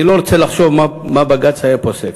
אני לא רוצה לחשוב מה בג"ץ היה פוסק,